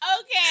Okay